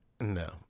No